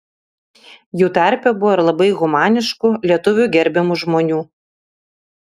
jų tarpe buvo ir labai humaniškų lietuvių gerbiamų žmonių